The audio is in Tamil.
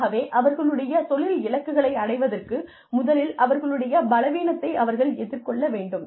ஆகவே அவர்களுடைய தொழில் இலக்குகளை அடைவதற்கு முதலில் அவர்களுடைய பலவீனத்தை அவர்கள் எதிர்கொள்ள வேண்டும்